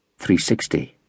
360